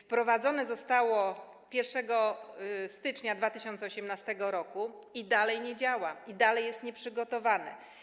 wprowadzone zostało 1 stycznia 2018 r. i dalej nie działa, i dalej jest nieprzygotowane.